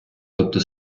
тобто